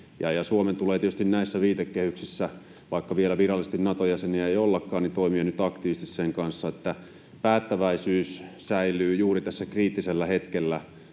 Suomen tulee tietysti näissä viitekehyksissä — vaikka vielä virallisesti Naton jäseniä ei ollakaan — toimia nyt aktiivisesti sen kanssa, että päättäväisyys säilyy juuri tässä kriittisellä hetkellä